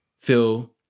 feel